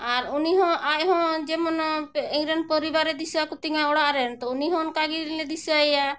ᱟᱨ ᱩᱱᱤ ᱦᱚᱸ ᱟᱡ ᱦᱚᱸ ᱡᱮᱢᱚᱱ ᱤᱧᱨᱮᱱ ᱯᱚᱨᱤᱵᱟᱨᱮ ᱫᱤᱥᱟᱹ ᱠᱚᱛᱤᱧᱟᱹ ᱚᱲᱟᱜ ᱨᱮᱱ ᱛᱚ ᱩᱱᱤ ᱦᱚᱸ ᱚᱱᱠᱟ ᱜᱮᱞᱮ ᱫᱤᱥᱟᱹᱭ ᱭᱟ